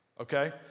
okay